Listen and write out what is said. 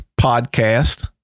podcast